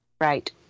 Right